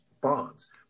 bonds